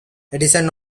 edison